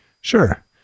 Sure